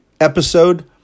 episode